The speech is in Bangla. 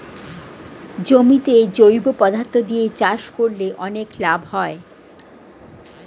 জমিতে জৈব পদার্থ দিয়ে চাষ করলে অনেক লাভ হয়